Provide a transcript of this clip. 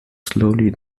slowly